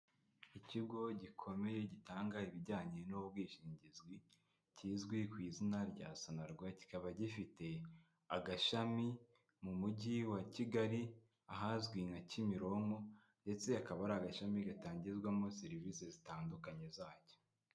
ikigo gikomeye gitanga ibijyanye n'ubwishingizi kizwi ku izina rya SONARWA, kikaba gifite agashami mu mujyi wa Kigali ahazwi nka Kimironko, ndetse hakaba ari agashami gatangizwamo serivisi zitandukanye zacyo.